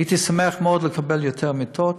הייתי שמח מאוד לקבל יותר מיטות.